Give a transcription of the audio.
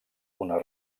una